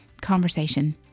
conversation